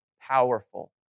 powerful